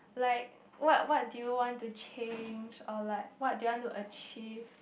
like what what did you want to change or like what did you want to achieve